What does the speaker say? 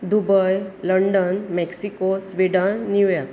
Dubai London Mexico Sweden New York